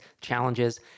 challenges